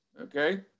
okay